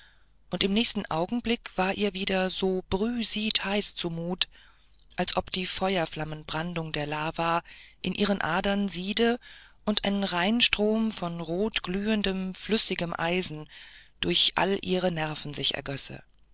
und im nächsten augenblick war ihr wieder so brühsiedheiß zu mut als ob die feuerflammenbrandung der lava in ihren adern siede und ein rheinstrom von rotglühendem flüssigem eisen durch alle ihre nerven sich ergösse